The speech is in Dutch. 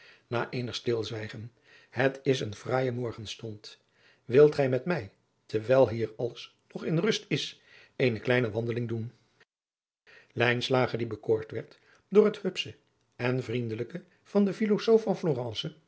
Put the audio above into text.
na eenig stilzwijgen het is een fraaije morgenstond wilt gij met mij terwijl hier alles nog in rust is eene kleine wandeling doen lijnslager die bekoord werd door het hupsche en vriendelijke van den filozoof van florence